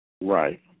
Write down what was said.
Right